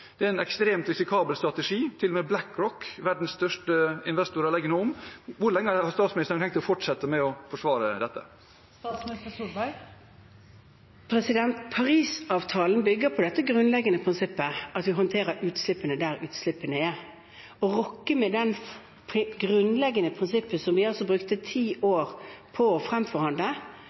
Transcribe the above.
Det er en ekstremt risikabel strategi. Til og med BlackRock, verdens største investor, legger nå om. Hvor lenge har statsministeren tenkt å fortsette med å forsvare dette? Parisavtalen bygger på det grunnleggende prinsippet at vi håndterer utslippene der utslippene er. Å rokke ved det grunnleggende prinsippet, som vi altså brukte ti år på å fremforhandle,